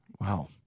Wow